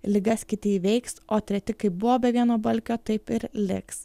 ligas kiti įveiks o treti kaip buvo be vieno balkio taip ir liks